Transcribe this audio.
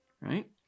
right